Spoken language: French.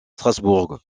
strasbourg